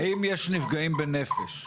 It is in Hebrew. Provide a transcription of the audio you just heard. האם יש נפגעים בנפש?